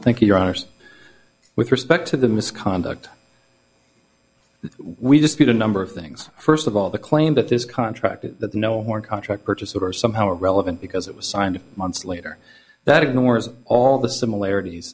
i think you're honest with respect to the misconduct we dispute a number of things first of all the claim that this contract is that no more contract purchases are somehow relevant because it was signed months later that ignores all the similarities